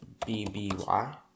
BBY